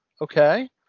Okay